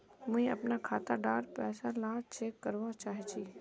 मुई अपना खाता डार पैसा ला चेक करवा चाहची?